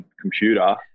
computer